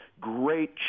great